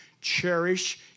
cherish